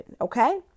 Okay